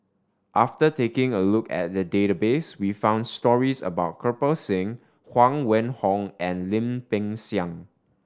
after taking a look at the database we found stories about Kirpal Singh Huang Wenhong and Lim Peng Siang